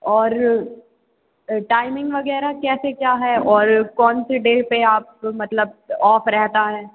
और अ टाइमिंग वगैरह क्या से क्या है और कौन से डे पर आप मतलब ऑफ रहता है